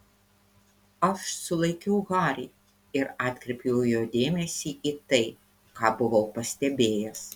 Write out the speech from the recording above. aš sulaikiau harį ir atkreipiau jo dėmesį į tai ką buvau pastebėjęs